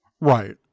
Right